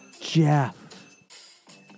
Jeff